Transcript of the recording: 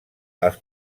als